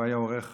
הוא היה עורך